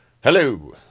Hello